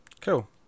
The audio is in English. Cool